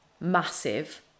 massive